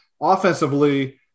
offensively